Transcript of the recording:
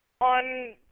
on